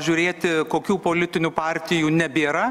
žiūrėti kokių politinių partijų nebėra